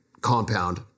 compound